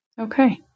Okay